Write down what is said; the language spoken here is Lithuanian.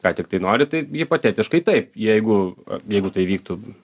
ką tiktai nori tai hipotetiškai taip jeigu jeigu tai vyktų